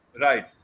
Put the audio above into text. Right